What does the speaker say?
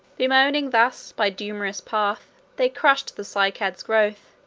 bemoaning thus, by dumous path, they crushed the cycad's growth,